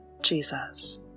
Jesus